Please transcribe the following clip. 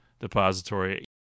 depository